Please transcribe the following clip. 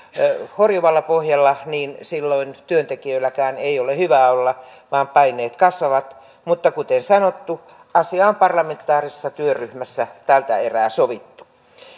horjuvalla pohjalla niin silloin työntekijöilläkään ei ole hyvä olla vaan paineet kasvavat mutta kuten sanottu asia on parlamentaarisessa työryhmässä tältä erää sovittu